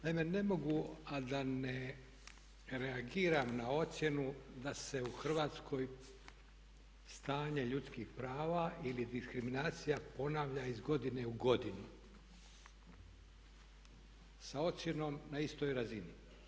Naime, ne mogu a da ne reagiram na ocjenu da se u Hrvatskoj stanje ljudskih prava ili diskriminacija ponavlja iz godine u godinu sa ocjenom na istoj razini.